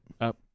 Up